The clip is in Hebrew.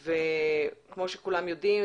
כמו שכולם יודעים,